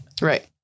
Right